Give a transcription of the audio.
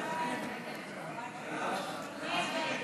ההצעה